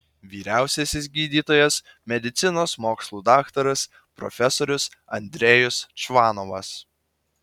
vyriausiasis gydytojas medicinos mokslų daktaras profesorius andrejus čvanovas